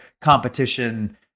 competition